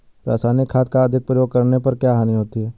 रासायनिक खाद का अधिक प्रयोग करने पर क्या हानि होती है?